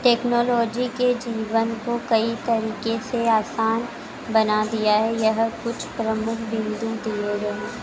technology के जीवन को कई तरीके से आसान बना दिया है यह कुछ प्रमुख बिन्दु दिए गए हैं